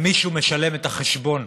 מישהו משלם את החשבון.